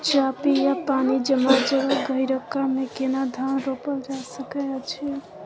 चापि या पानी जमा जगह, गहिरका मे केना धान रोपल जा सकै अछि?